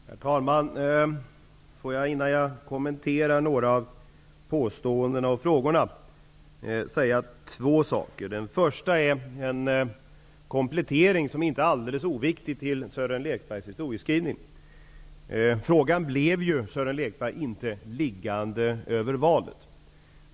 Herr talman! Innan jag kommenterar några av frågorna och påståendena vill jag säga två saker. Det gäller först en komplettering till Sören Lekbergs historieskrivning som inte är alldeles oviktig. Frågan blev, Sören Lekberg, inte liggande över valet.